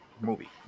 movie